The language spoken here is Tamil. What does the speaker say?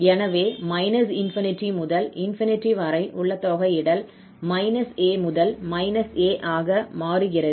எனவே −∞ முதல் ∞ வரை உள்ள தொகையிடல் −𝑎 முதல் −𝑎 ஆக மாறுகிறது